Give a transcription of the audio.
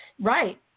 right